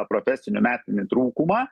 profesinių metinį trūkumą